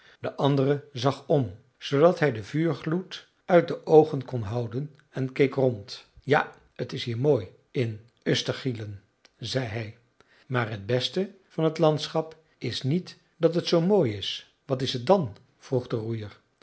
de andere zag om zoodat hij den vuurgloed uit de oogen kon houden en keek rond ja t is hier mooi in östergyllen zei hij maar het beste van het landschap is niet dat het zoo mooi is wat is het dan vroeg de roeier